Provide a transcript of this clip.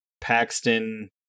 Paxton